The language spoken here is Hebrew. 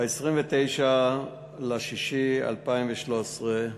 ב-29 ביוני 2013,